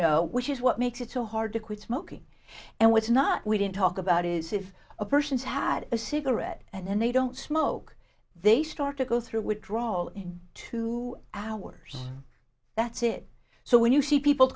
which is what makes it so hard to quit smoking and what's not we didn't talk about is if a person's had a cigarette and they don't smoke they start to go through withdrawal in two hours that's it so when you see people